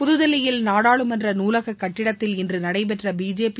புதுதில்லியில் நாடாளுமன்ற நூலகக் கட்டிடத்தில் இன்று நடைபெற்ற பிஜேபி